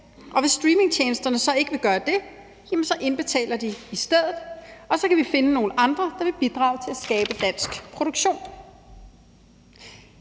hvis streamingtjenesterne så ikke vil gøre det, indbetaler de i stedet, og så kan vi finde nogle andre, der vil bidrage til at skabe dansk produktion.